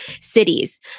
cities